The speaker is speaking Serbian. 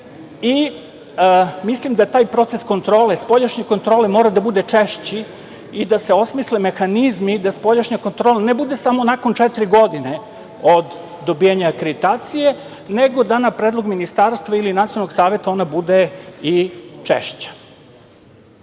papirima. Mislim da taj proces kontrole, spoljašnje kontrole mora da bude češći i da se osmisle mehanizmi da spoljašnja kontrola ne bude samo nakon četiri godine od dobijanja akreditacije, nego da na predlog Ministarstva ili Nacionalnog saveta ona bude i češća. Inače,